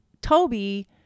Toby